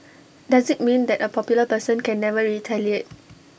does IT mean that A popular person can never retaliate